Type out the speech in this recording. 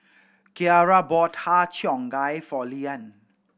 Kiarra bought Har Cheong Gai for Leeann